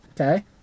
Okay